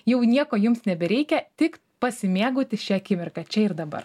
jau nieko jums nebereikia tik pasimėgauti šia akimirka čia ir dabar